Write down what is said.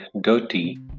dirty